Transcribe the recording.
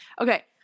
Okay